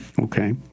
Okay